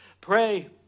Pray